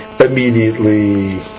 immediately